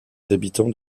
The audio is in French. habitants